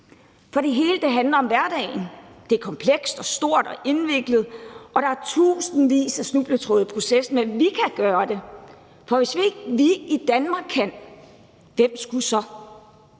For det hele handler om hverdagen. Det er komplekst og stort og indviklet, og der er tusindvis af snubletråde i processen, men vi kan gøre det. For hvis ikke vi i Danmark kan, hvem skulle så